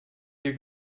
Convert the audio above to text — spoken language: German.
wir